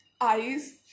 eyes